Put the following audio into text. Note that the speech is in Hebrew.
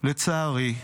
לצערי,